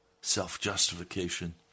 self-justification